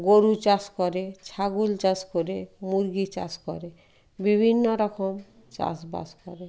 গরু চাষ করে ছাগল চাষ করে মুরগি চাষ করে বিভিন্ন রকম চাষবাস করে